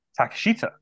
Takashita